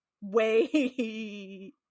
wait